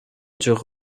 durent